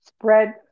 spread